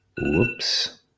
Whoops